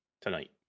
tonight